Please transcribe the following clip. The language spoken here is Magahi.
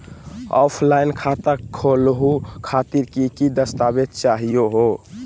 ऑफलाइन खाता खोलहु खातिर की की दस्तावेज चाहीयो हो?